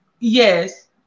Yes